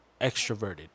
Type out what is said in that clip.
extroverted